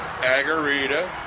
agarita